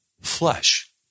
flesh